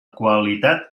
qualitat